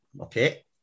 Okay